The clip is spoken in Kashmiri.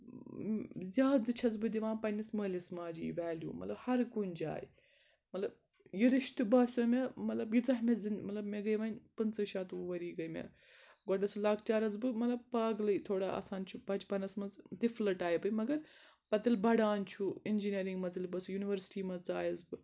زیادٕ چھَس بہٕ دِوان پَنٛنِس مٲلِس ماجہِ یہِ ویلیوٗ مطلب ہر کُنہِ جایہِ مطلب یہِ رِشتہٕ باسیو مےٚ مطلب ییٖژاہ مےٚ زن مطلب مےٚ گٔے ونۍ پٕنٛژٕ شَتوُہ ؤری گٔے مےٚ گۄڈٕ ٲسٕس لۄکچارَس بہٕ مطلب پاگلٕے تھوڑا آسان چھُ بَچپَنَس منٛز تِفلہٕ ٹایپٕے مَگر پَتہٕ ییٚلہِ بَڑان چھُ اِنجیٖنٔرِنٛگ منٛز ییٚلہِ بہٕ ٲسٕس یُنورسٹی منٛز ژایَس بہٕ